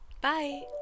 bye